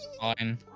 Fine